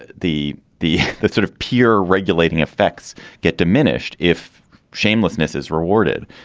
the the the the sort of peer regulating effects get diminished if shamelessness is rewarded.